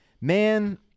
man